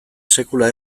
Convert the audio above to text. sekula